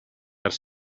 ers